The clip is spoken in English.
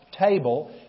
Table